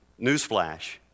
newsflash